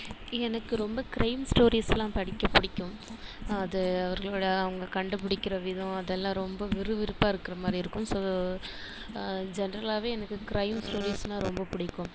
எனக்கு ரொம்ப க்ரைம் ஸ்டோரிஸ்லாம் படிக்க பிடிக்கும் அது அவர்களோட அவங்க கண்டுபிடிக்கிற விதம் அதெல்லாம் ரொம்ப விறுவிறுப்பாக இருக்கிற மாதிரி இருக்கும் ஸோ ஜென்ரலாகவே எனக்கு க்ரைம் ஸ்டோரீஸ்ன்னா ரொம்ப பிடிக்கும்